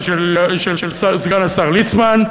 של סגן השר ליצמן.